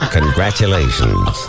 Congratulations